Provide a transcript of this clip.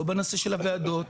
לא בנושא של הוועדות,